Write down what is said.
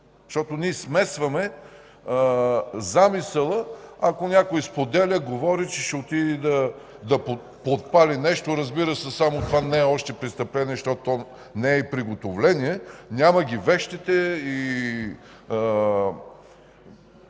защото ние смесваме замисъла, ако някой споделя, говори, че ще отиде да подпали нещо. Разбира се, само това не е още престъпление, защото то не е и приготовление – няма ги вещите,